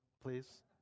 please